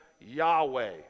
Yahweh